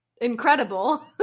Incredible